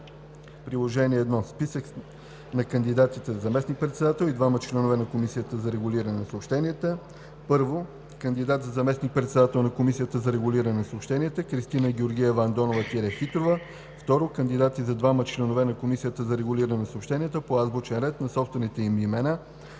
Предложение 1 – Списък на кандидатите за заместник-председател и двама членове на Комисията за регулиране на съобщенията. I. Кандидат за заместник-председател на Комисията за регулиране на съобщенията – Кристина Георгиева Андонова-Хитрова. II. Кандидати за двама членове на Комисията за регулиране на съобщенията по азбучен ред на собствените им имена: